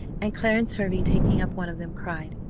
and clarence hervey, taking up one of them, cried,